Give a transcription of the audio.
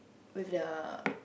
with the